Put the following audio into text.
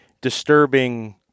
disturbing